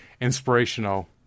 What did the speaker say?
inspirational